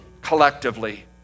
collectively